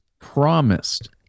promised